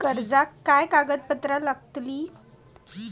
कर्जाक काय कागदपत्र लागतली?